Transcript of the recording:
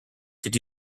did